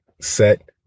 set